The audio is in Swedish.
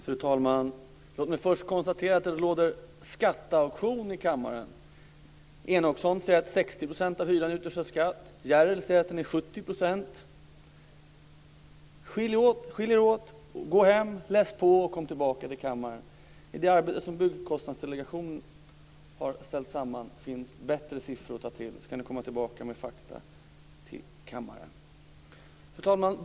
Fru talman! Låt mig först konstatera att det råder skatteauktion i kammaren. Enochson säger att 60 % av hyran utgörs av skatt, Järell säger att det är 70 %. Skilj er åt, gå hem, läs på och kom sedan tillbaka till kammaren! I det arbete som Byggkostnadsdelegationen har ställt samman finns bättre siffror att ta till. Sedan kan ni komma tillbaka med fakta till kammaren. Fru talman!